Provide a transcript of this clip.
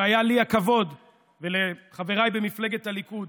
שהיה לי ולחבריי במפלגת הליכוד